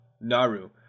Naru